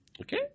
Okay